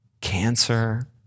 cancer